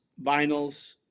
vinyls